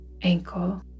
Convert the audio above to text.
ankle